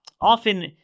often